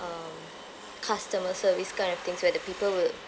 um customer service kind of thing so that the people will